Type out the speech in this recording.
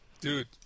dude